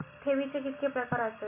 ठेवीचे कितके प्रकार आसत?